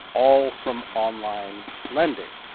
all from online lending.